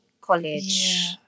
college